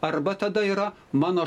arba tada yra mano